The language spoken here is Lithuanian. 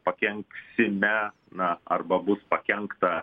pakenksime na arba bus pakenkta